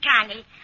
Connie